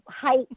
height